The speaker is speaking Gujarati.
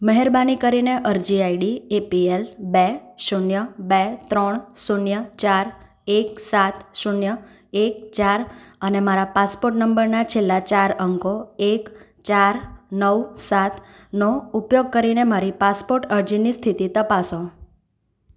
મહેરબાની કરીને અરજી આઈડી એપીએલ બે શૂન્ય બે ત્રણ શૂન્ય ચાર એક સાત શૂન્ય એક ચાર અને મારા પાસપોર્ટ નંબરના છેલ્લા ચાર અંકો એક ચાર નવ સાત નો ઉપયોગ કરીને મારી પાસપોર્ટ અરજીની સ્થિતિ તપાસો